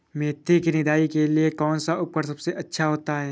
मेथी की निदाई के लिए कौन सा उपकरण सबसे अच्छा होता है?